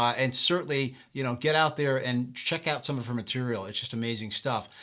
and certainly you know get out there and check out some of her materials it's just amazing stuff.